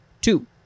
Two